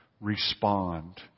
respond